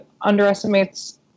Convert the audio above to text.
underestimates